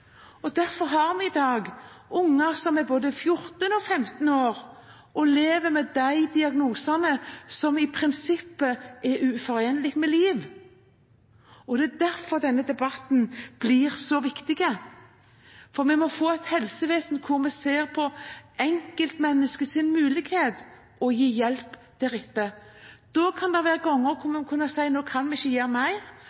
Vi har i dag unger som er både 14 og 15 år og lever med de diagnosene som i prinsippet er uforenlig med liv. Det er derfor denne debatten er så viktig, for vi må få et helsevesen hvor vi ser på enkeltmenneskets muligheter og gi hjelp deretter. Da kan det være ganger